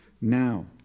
Now